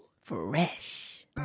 Fresh